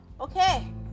Okay